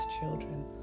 children